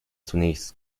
zunächst